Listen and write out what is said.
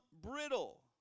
brittle